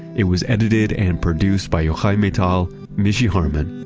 it was edited and produced by yochai maital mishy harman,